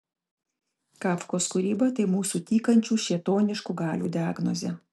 kafkos kūryba tai mūsų tykančių šėtoniškų galių diagnozė